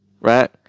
right